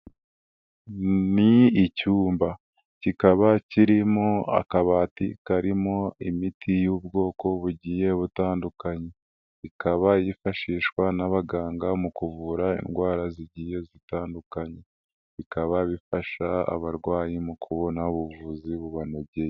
Ni icyumba kikaba kirimo akabati karimo imiti y'ubwoko bugiye butandukanye, ikaba yifashishwa n'abaganga mu kuvura indwara zigiye zitandukanye, bikaba bifasha abarwayi mu kubona ubuvuzi bubanogeye.